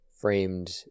framed